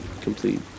complete